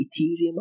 Ethereum